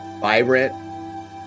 vibrant